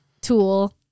tool